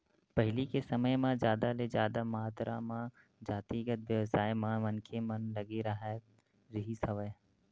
पहिली के समे म जादा ले जादा मातरा म जातिगत बेवसाय म मनखे मन लगे राहत रिहिस हवय